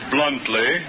Bluntly